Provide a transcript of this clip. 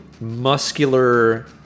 muscular